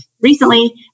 recently